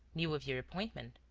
knew of your appointment.